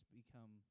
become